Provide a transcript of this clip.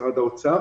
משרד האוצר.